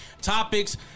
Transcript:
topics